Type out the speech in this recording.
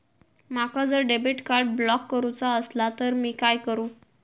माका जर debit card block करूचा असला तर मी काय करू?